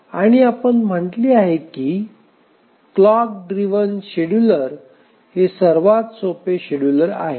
आणि आपण म्हटले आहे की क्लॉक ड्ड्रिव्हन शेड्यूलर हे सर्वात सोपे शेड्यूलर आहे